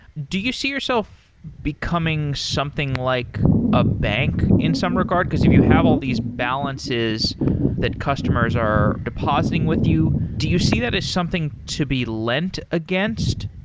do you see yourself becoming something like a bank in some regard? because if you have all these balances that customers are depositing with you, do you see that is something to be lent against?